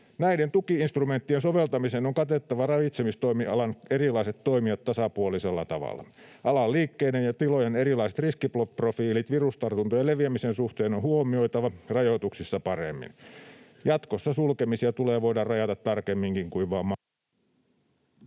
Näiden tuki-instrumenttien soveltamisen on katettava ravitsemistoimialan erilaiset toimijat tasapuolisella tavalla. Alan liikkeiden ja tilojen erilaiset riskiprofiilit virustartuntojen leviämisen suhteen on huomioitava rajoituksissa paremmin. Jatkossa sulkemisia tulee voida rajata tarkemminkin kuin vain maakuntatasolla.